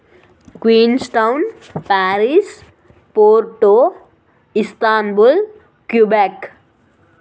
queens town Paris puerto Istanbul Quebec